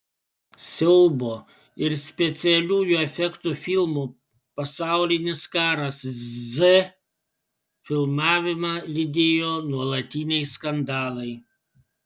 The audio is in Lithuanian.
siaubo ir specialiųjų efektų filmo pasaulinis karas z filmavimą lydėjo nuolatiniai skandalai